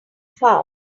fast